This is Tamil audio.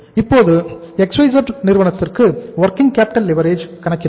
இப்போது XYZ Limited நிறுவனத்திற்கு வொர்கிங் கேப்பிட்டல் லிவரேஜ் கணக்கிடுவோம்